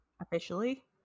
officially